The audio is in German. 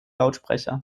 lautsprecher